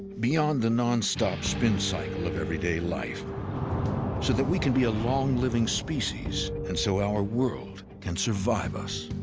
beyond the nonstop spin cycle of everyday life so that we can be a long-living species and so our world can survive us.